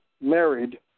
married